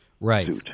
Right